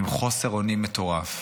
עם חוסר אונים מטורף,